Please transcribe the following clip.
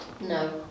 No